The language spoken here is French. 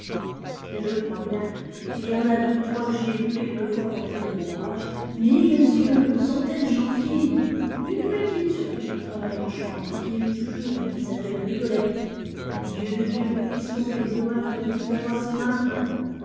je crois bien il y en a deux ou trois que j'ai vues quelquefois apporter leur ouvrage mille z'yeux sont-elles gentilles une petite surtout qui travaille en chambre qui rit toujours et qui s'appelle rigolette dieu de dieu mon fiston quel dommage de ne plus avoir ses vingt ans